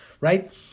right